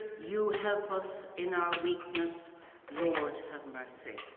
you help us in our weakness lord have mercy,